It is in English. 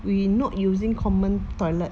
we not using common toilet